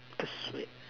persuade